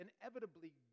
inevitably